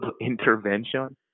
intervention